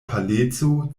paleco